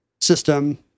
system